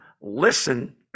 Listen